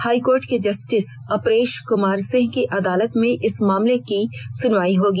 high court के justice Aparesh Kumar Singh की अदालत में इस मामले में सुनवाई होगी